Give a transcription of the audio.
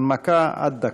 הנמקה עד דקה.